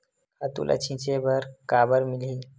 खातु ल छिंचे बर काबर मिलही?